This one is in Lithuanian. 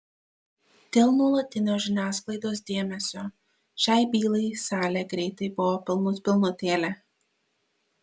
dėl nuolatinio žiniasklaidos dėmesio šiai bylai salė greitai buvo pilnut pilnutėlė